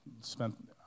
spent